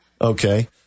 Okay